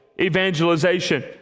evangelization